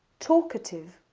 talkative